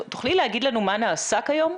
תוכלי להגיד לו מה נעשה כיום?